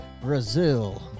Brazil